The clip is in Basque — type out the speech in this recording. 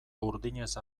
burdinez